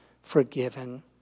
forgiven